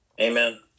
Amen